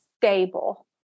stable